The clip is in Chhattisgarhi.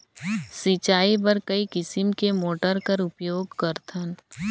सिंचाई बर कई किसम के मोटर कर उपयोग करथन?